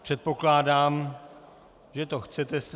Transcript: Předpokládám, že to chcete slyšet.